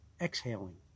exhaling